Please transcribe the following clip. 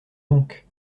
banques